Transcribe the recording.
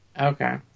Okay